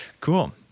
Cool